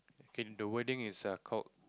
in the wording is err called